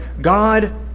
God